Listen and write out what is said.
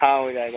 हाँ हो जाएगा